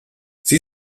sie